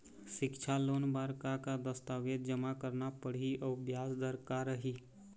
सिक्छा लोन बार का का दस्तावेज जमा करना पढ़ही अउ ब्याज दर का रही?